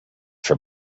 for